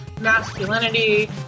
masculinity